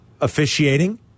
officiating